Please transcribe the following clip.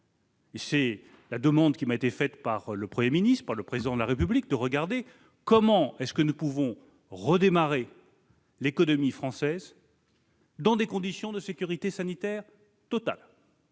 C'est la demande qui m'a été faite par le Premier ministre et le Président de la République : examiner comment nous pouvons faire redémarrer l'économie française dans des conditions de sécurité sanitaire totale